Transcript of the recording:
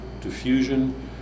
diffusion